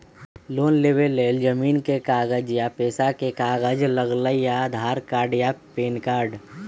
Loan लेवेके लेल जमीन के कागज या पेशा के कागज लगहई या आधार कार्ड या पेन कार्ड?